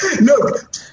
Look